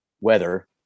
weather